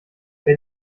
wer